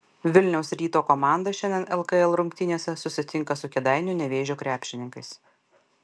vilniaus ryto komanda šiandien lkl rungtynėse susitinka su kėdainių nevėžio krepšininkais